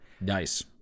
Nice